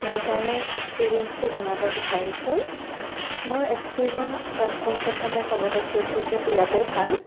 মই তাৰে এক্সিপিয়েঞ্চটো জনাব বিচাৰিছোঁ মোৰ এক্সপিৰিয়েঞ্চ পোন প্ৰথমে ক'বলৈ খুজিছোঁ যে বিৰাটেই ভাল